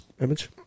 image